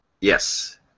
Yes